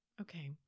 okay